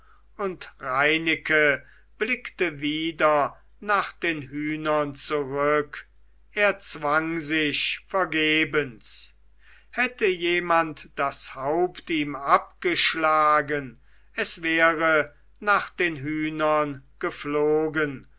und reineke blickte wieder nach den hühnern zurück er zwang sich vergebens hätte jemand das haupt ihm abgeschlagen es wäre nach den hühnern geflogen